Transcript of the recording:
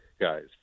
guys